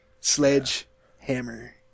Sledgehammer